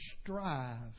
strive